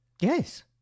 Yes